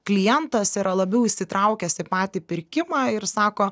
klientas yra labiau įsitraukęs į patį pirkimą ir sako